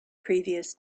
previous